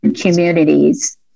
communities